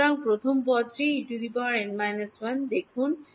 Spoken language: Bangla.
সুতরাং প্রথম পদটি E n 1 দেখুন